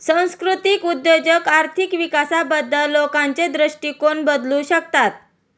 सांस्कृतिक उद्योजक आर्थिक विकासाबद्दल लोकांचे दृष्टिकोन बदलू शकतात